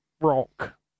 rock